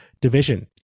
division